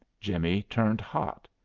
jimmie turned hot.